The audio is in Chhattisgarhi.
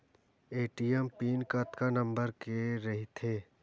ए.टी.एम पिन कतका नंबर के रही थे?